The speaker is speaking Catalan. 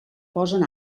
posen